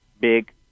big